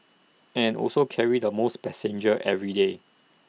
and also carry the most passengers every day